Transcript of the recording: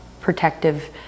protective